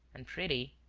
and pretty.